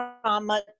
trauma